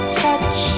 touch